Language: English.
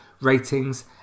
ratings